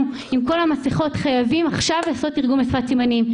עם כל המסכות חייבים עכשיו לעשות תרגום לשפת סימנים.